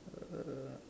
uh